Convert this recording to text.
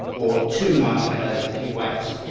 or two marshmallows if you wait.